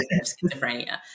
schizophrenia